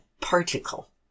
particle